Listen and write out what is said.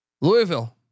Louisville